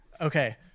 Okay